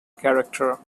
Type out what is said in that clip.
character